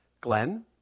Glenn